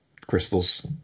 crystals